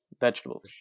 vegetables